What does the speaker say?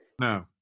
no